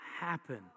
happen